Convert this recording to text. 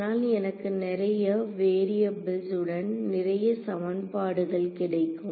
அதனால் எனக்கு நிறைய வேரியபுள்ஸ் உடன் நிறைய சமன்பாடுகள் கிடைக்கும்